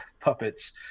puppets